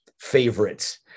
favorites